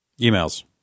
Emails